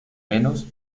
menos